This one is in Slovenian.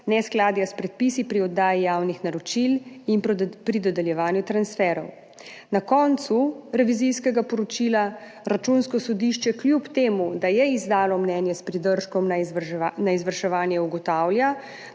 neskladja s predpisi pri oddaji javnih naročil in pri dodeljevanju transferjev. Na koncu revizijskega poročila Računsko sodišče kljub temu, da je izdalo mnenje s pridržkom na izvrševanje, ugotavlja,